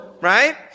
Right